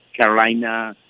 Carolina